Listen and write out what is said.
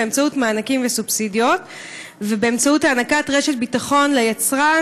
באמצעות מענקים וסובסידיות ובאמצעות הענקת רשת ביטחון ליצרן,